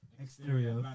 Exterior